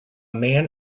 man